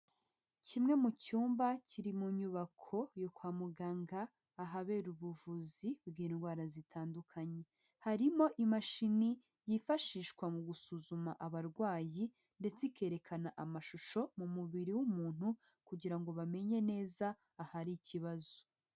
Kimwe mu cyumba kiri mu nyubako yo kwa muganga ahabera ubuvuzi bw'indwara zitandukanye. Harimo imashini yifashishwa mu gusuzuma abarwayi ndetse ikerekana amashusho mu mubiri w'umuntu kugira ngo bamenye neza ahari ikibazo.